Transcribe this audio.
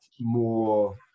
more